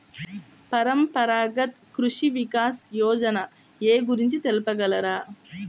పరంపరాగత్ కృషి వికాస్ యోజన ఏ గురించి తెలుపగలరు?